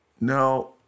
no